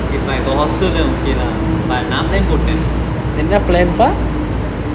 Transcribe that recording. if I got hostel then okay lah but நா:naa plan போட்டேன்:poten